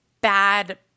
Bad